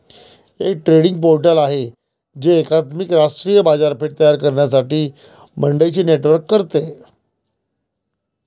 एक trading portal आहे जे एकात्मिक राष्ट्रीय बाजारपेठ तयार करण्यासाठी मंडईंचे नेटवर्क करते